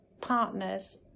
partners